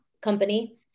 company